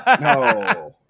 no